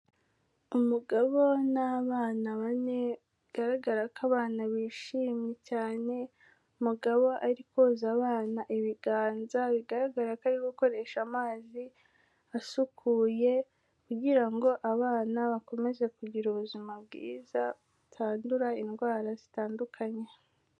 Umugabo n'abana bane, bigaragara ko abana bishimye cyane, umugabo ari koza abana ibiganza, bigaragara ko ari gukoresha amazi asukuye kugira ngo abana bakomeze kugira ubuzima bwiza, batandura indwara zitandukanye.